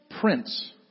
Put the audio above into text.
prince